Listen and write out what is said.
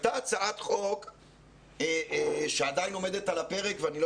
הייתה הצעת חוק שעדיין עומדת על הפרק ואני לא